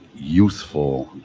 youthful